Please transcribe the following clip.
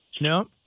No